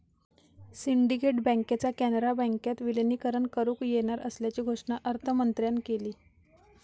syndicate बँकेचा कॅनरा बँकेत विलीनीकरण करुक येणार असल्याची घोषणा अर्थमंत्र्यांन केली